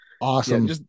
Awesome